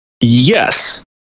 yes